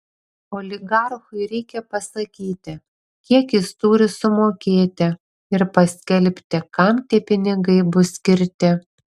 oligarchui reikia pasakyti kiek jis turi sumokėti ir paskelbti kam tie pinigai bus skirti